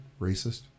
racist